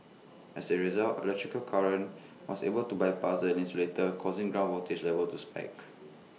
as A result electrical current was able to bypass the insulator causing ground voltage levels to spike